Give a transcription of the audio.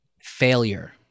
failure